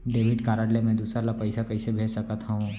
Debit card ले मैं दूसर ला पइसा कइसे भेज सकत हओं?